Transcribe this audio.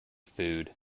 food